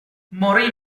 morì